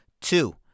two